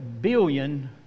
billion